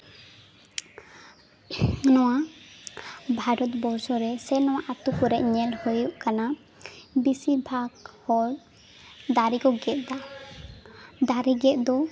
ᱱᱚᱣᱟ ᱵᱷᱟᱨᱚᱛ ᱵᱚᱨᱥᱚ ᱨᱮ ᱥᱮ ᱱᱚᱣᱟ ᱟᱛᱳ ᱠᱚᱨᱮ ᱧᱮᱞ ᱦᱩᱭᱩᱜ ᱠᱟᱱᱟ ᱵᱤᱥᱤᱨᱵᱟᱜᱽ ᱦᱚᱲ ᱫᱟᱨᱮ ᱠᱚ ᱜᱮᱫ ᱫᱟ ᱫᱟᱨᱮ ᱜᱮᱫ ᱫᱚ